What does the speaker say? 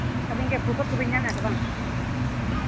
ᱟᱹᱵᱤᱱ ᱜᱮ ᱜᱮᱵᱮᱱ ᱧᱟᱢ ᱮᱜᱼᱟ ᱥᱮ ᱵᱟᱝ